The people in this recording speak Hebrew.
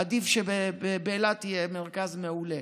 עדיף שבאילת יהיה מרכז מעולה.